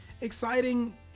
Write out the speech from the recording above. exciting